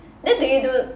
then do you do